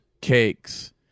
cakes